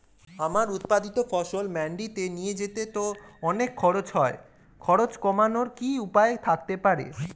আমার উৎপাদিত ফসল মান্ডিতে নিয়ে যেতে তো অনেক খরচ হয় খরচ কমানোর কি উপায় থাকতে পারে?